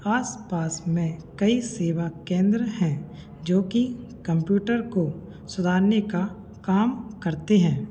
आस पास में कई सेवा केन्द्र हैं जोकि कंप्यूटर को सुधारने का काम करते हैं